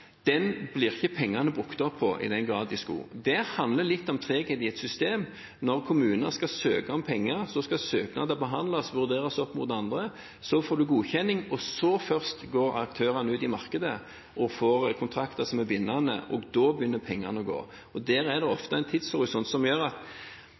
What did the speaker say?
den støtteordningen som Kristelig Folkeparti og Venstre fikk kjempet inn. Der blir ikke pengene brukt opp i den grad de skulle. Det handler litt om treghet i systemet. Når kommuner søker om penger, skal søknadene behandles og vurderes opp mot andre. Så får man godkjenning, og da først går aktørene ut i markedet, får kontrakter som er bindende, og pengene begynner å gå ut. Det er